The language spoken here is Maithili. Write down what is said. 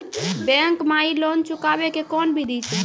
बैंक माई लोन चुकाबे के कोन बिधि छै?